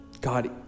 God